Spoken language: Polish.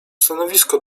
stanowisko